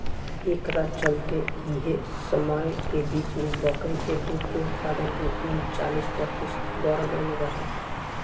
एकरा चलते एह समय के बीच में बकरी के दूध के उत्पादन भी उनचालीस प्रतिशत बड़ गईल रहे